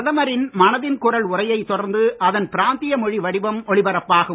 பிரதமரின் மனதின் குரல் உரையைத் தொடர்ந்து அதன் பிராந்திய மொழி வடிவம் ஒலிபரப்பாகும்